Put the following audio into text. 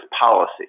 policy